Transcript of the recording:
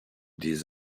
des